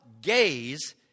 gaze